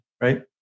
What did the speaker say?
right